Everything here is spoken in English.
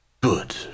Good